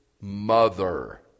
mother